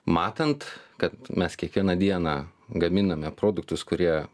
matant kad mes kiekvieną dieną gaminame produktus kurie